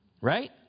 right